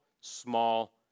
small